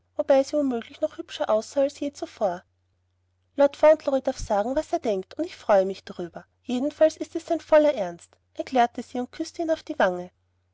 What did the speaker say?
wobei sie womöglich noch hübscher aussah als zuvor lord fauntleroy darf sagen was er denkt und ich freue mich darüber jedenfalls ist es sein voller ernst erklärte sie und küßte ihn auf die wange